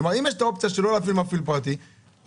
כלומר אם יש אופציה שלא להפעיל מפעיל פרטי אז